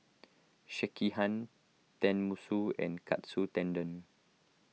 Sekihan Tenmusu and Katsu Tendon